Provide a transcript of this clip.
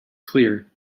clear